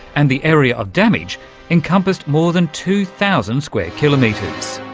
and the area of damage encompassed more than two thousand square kilometres.